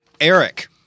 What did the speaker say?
Eric